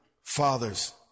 father's